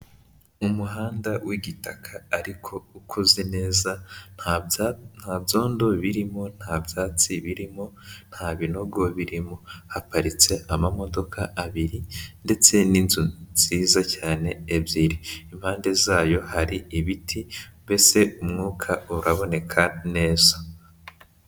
Umuhanda w'igitaka ariko ukoze neza nta nta byondo birimo, nta byatsi birimo, nta binogo birimo haparitse amamodoka abiri ndetse n'inzu nziza cyane ebyiri, impande zayo hari ibiti mbese umwuka uraboneka neza.